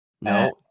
No